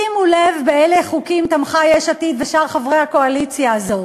שימו לב באילו חוקים תמכו יש עתיד ושאר חברי הקואליציה הזאת: